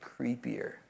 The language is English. creepier